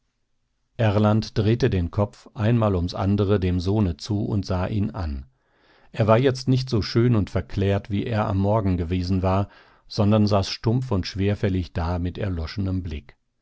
erland drehte den kopf einmal ums andere dem sohne zu und sah ihn an er war jetzt nicht so schön und verklärt wie er am morgen gewesen war sondern saß stumpf und schwerfällig da mit erloschenem blick